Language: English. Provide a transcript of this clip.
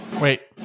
Wait